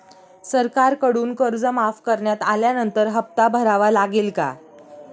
सरकारकडून कर्ज माफ करण्यात आल्यानंतर हप्ता भरावा लागेल का?